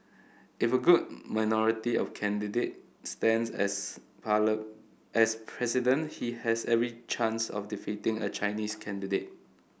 if a good minority of candidate stands as pallet as president he has every chance of defeating a Chinese candidate